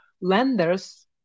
lenders